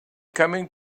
coming